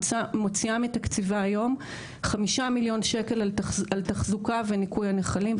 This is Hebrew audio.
מוציאה מתקציבה היום 5 מיליון שקלים על תחזוקה וניקוי הנחלים,